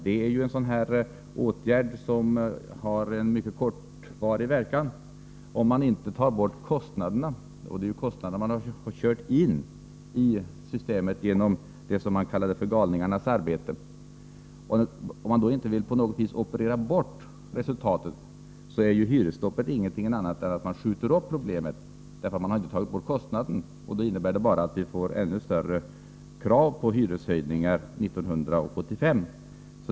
Det är en åtgärd som har en mycket kortvarig verkan om man inte tar bort de kostnader som har körts in i systemet genom det som kallats ”galningarnas arbete”. Om man inte på något vis vill operera bort resultatet härav, är hyresstoppet inget annat än ett uppskjutande av problemet. Eftersom man inte har tagit bort kostnaderna innebär det bara att vi får ännu större krav på hyreshöjningar 1985.